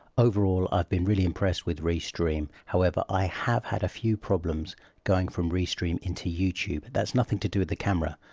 overall, i've been really impressed with restream. however, i have had a few problems going from restream into youtube. that's nothing to do with the camera.